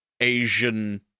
Asian